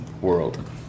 world